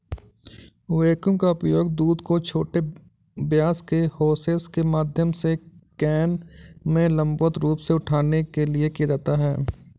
vacuum का उपयोग दूध को छोटे व्यास के होसेस के माध्यम से कैन में लंबवत रूप से उठाने के लिए किया जाता है